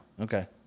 Okay